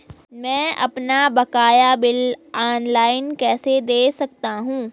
मैं अपना बकाया बिल ऑनलाइन कैसे दें सकता हूँ?